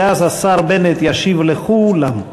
ואז השר בנט ישיב לכולם.